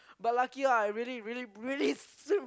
but lucky lah I really really swim